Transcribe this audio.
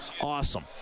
awesome